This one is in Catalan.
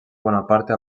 bonaparte